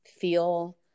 feel